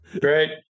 Great